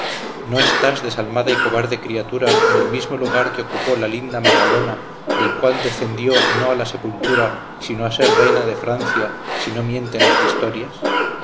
no estás desalmada y cobarde criatura en el mismo lugar que ocupó la linda magalona del cual decendió no a la sepultura sino a ser reina de francia si no mienten las historias